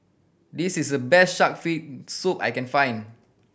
this is the best shark fin soup I can find